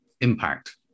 impact